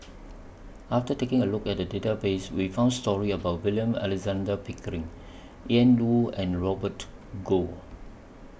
after taking A Look At Database We found stories about William Alexander Pickering Ian Woo and Robert Goh